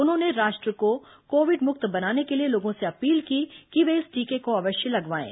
उन्होंने राष्ट्र को कोविड मुक्त बनाने के लिए लोगों से अपील की कि वे इस टीके को अवश्य लगवाएं